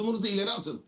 was enough to